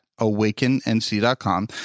awakennc.com